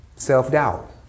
self-doubt